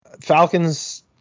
Falcons